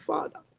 Father